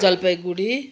Jalpaiguri